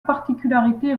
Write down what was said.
particularité